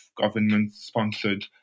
government-sponsored